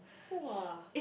!wah!